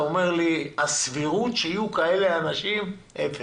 אומר לי שהסבירות שיהיו כאלה אנשים היא אפס.